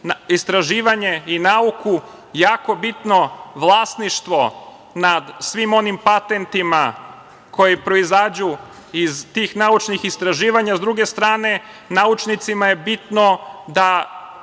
istraživanje i nauku jako bitno vlasništvo nad svim onim patentima koji proizađu iz tih naučnih istraživanja. Sa druge strane, naučnicima je bitno da